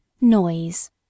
Noise